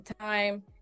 time